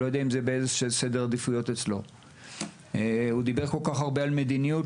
השר דיבר רבות על מדיניות,